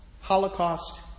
Holocaust